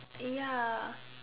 ya